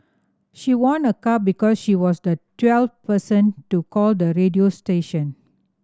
she won a car because she was the twelfth person to call the radio station